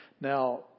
Now